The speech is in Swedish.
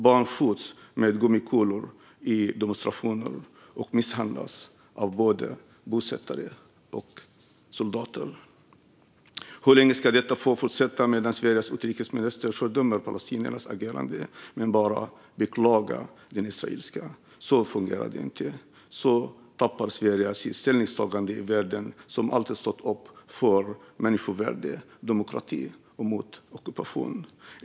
Barn skjuts med gummikulor i demonstrationer och misshandlas av både bosättare och soldater. Hur länge ska detta få fortsätta medan Sveriges utrikesminister fördömer palestiniernas agerande men bara beklagar det israeliska agerandet? Så fungerar det inte. Så tappar Sverige sin ställning i världen som ett land som alltid stått upp för människovärde och demokrati och mot ockupation.